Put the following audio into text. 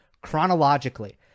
chronologically